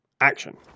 action